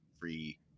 free